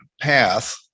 path